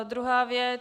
Druhá věc.